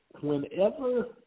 whenever